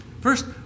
First